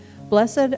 blessed